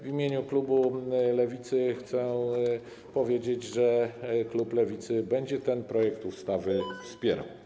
W imieniu klubu Lewicy chcę powiedzieć, że klub Lewicy będzie ten projekt ustawy wspierał.